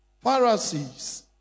Pharisees